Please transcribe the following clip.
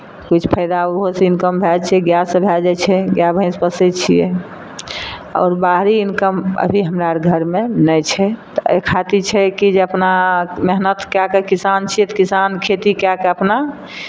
किछु फाइदा ओहोसँ इनकम भए जाइ छै गायसँ भए जाइ छै गाय भैँस पोसै छियै आओर बाहरी इनकम अभी हमरा घरमे नहि छै तऽ एहि खातिर छै कि जे अपना मेहनत कए कऽ किसान छियै तऽ किसान खेती कए कऽ अपना